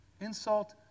Insult